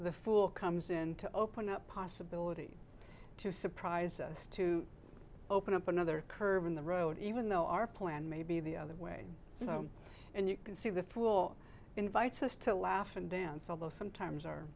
the fool comes in to open up possibility to surprise us to open up another curve in the road even though our plan may be the other way so and you can see the full invites us to laugh and dance although sometimes our